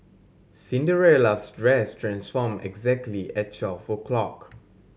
Cinderella's dress transformed exactly at twelve o' clock